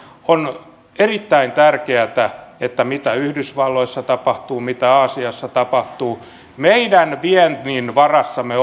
on erittäin tärkeätä se mitä yhdysvalloissa tapahtuu mitä aasiassa tapahtuu meidän viennin varassa me